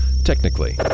technically